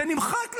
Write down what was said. זה נמחק לכם,